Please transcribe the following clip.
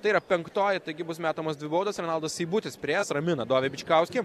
tai yra penktoji taigi bus metamos baudos renaldas seibutis priėjęs ramina dovį bičkauskį